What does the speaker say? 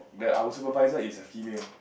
that our supervisor is a female